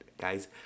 Guys